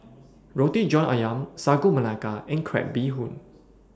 Roti John Ayam Sagu Melaka and Crab Bee Hoon